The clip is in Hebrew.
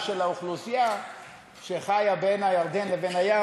של האוכלוסייה שחיה בין הירדן לבין הים.